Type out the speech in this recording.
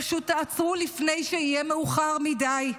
פשוט תעצרו לפני שיהיה מאוחר מדי.